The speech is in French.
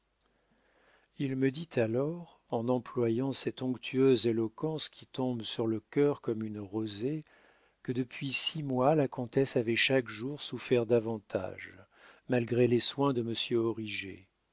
il me dit alors en employant cette onctueuse éloquence qui tombe sur le cœur comme une rosée que depuis six mois la comtesse avait chaque jour souffert davantage malgré les soins de